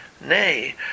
Nay